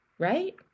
Right